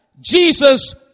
Jesus